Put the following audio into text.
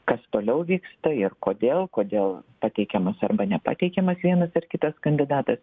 kas toliau vyksta ir kodėl kodėl pateikiamas arba nepateikiamas vienas ar kitas kandidatas